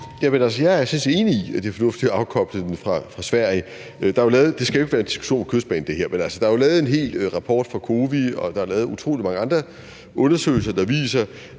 set enig i, at det er fornuftigt at afkoble den fra Sverige. Det her skal jo ikke være en diskussion om Kystbanen, men der er jo lavet en hel rapport fra COWI, og der er lavet utrolig mange andre undersøgelser, der viser,